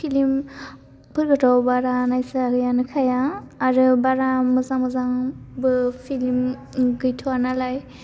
film फोराथ' बारा नायसारियानो खाया आरो बारा मोजां मोजांबो फिलिम गैथ'आ नालाय